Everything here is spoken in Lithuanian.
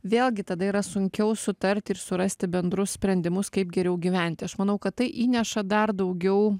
vėlgi tada yra sunkiau sutarti ir surasti bendrus sprendimus kaip geriau gyventi aš manau kad tai įneša dar daugiau